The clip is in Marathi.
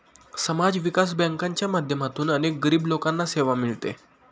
समाज विकास बँकांच्या माध्यमातून अनेक गरीब लोकांना सेवा मिळते